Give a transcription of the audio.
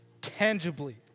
tangibly